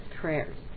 prayers